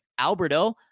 Alberto